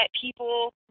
people